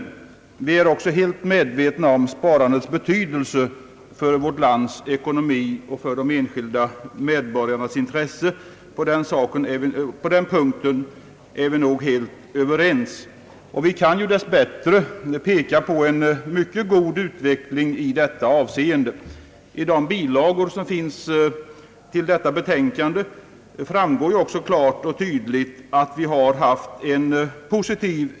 Vi är också helt medvetna om sparandets betydelse för vårt lands ekonomi och för de enskilda medborgarnas intresse. På den punkten är vi helt överens. Vi kan dess bättre peka på en mycket god utveckling i detta avseende. Av de bilagor som finns fogade till detta betänkande framgår också klart och tydligt, att utvecklingen har varit positiv.